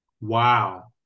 Wow